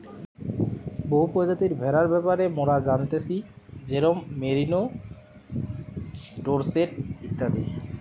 বহু প্রজাতির ভেড়ার ব্যাপারে মোরা জানতেছি যেরোম মেরিনো, ডোরসেট ইত্যাদি